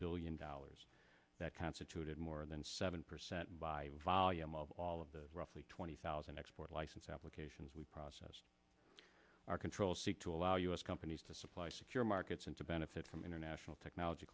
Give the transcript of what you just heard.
billion dollars that constituted more than seven percent by volume of all of the roughly twenty thousand export license applications we processed our control seek to allow us companies to supply secure markets and to benefit from international technology